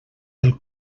del